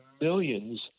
millions